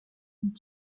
und